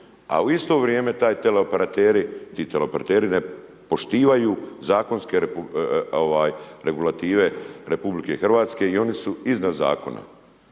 a u isto vrijeme ti teleoperateri ne poštivaju zakonske regulative RH i oni su iznad zakona.